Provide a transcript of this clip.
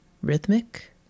Rhythmic